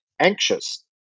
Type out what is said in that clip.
anxious